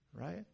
Right